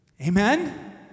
Amen